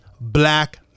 black